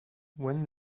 when